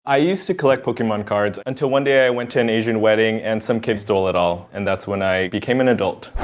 i used to collect pokemon cards, until one day i went to an asian wedding and some kid stole it all and that's when i became an adult.